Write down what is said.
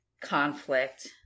conflict